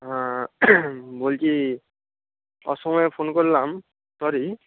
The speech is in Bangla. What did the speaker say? হ্যাঁ বলছি অসময় ফোন করলাম সরি